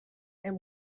and